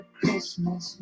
Christmas